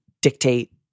dictate